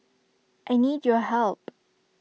I need your help